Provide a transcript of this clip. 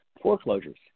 foreclosures